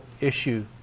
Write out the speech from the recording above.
issue